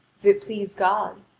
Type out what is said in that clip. if it please god,